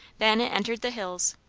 then it entered the hills,